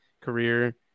career